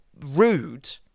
rude